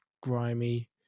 grimy